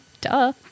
Duh